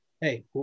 hey